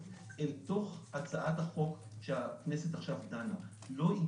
אל תוך הצעת החוק שהכנסת עכשיו דנה בה.